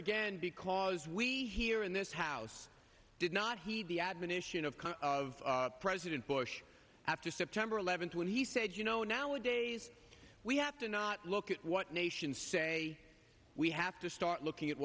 again because we here in this house did not heed the admonition of of president bush after september eleventh when he said you know nowadays we have to not look at what nations say we have to start looking at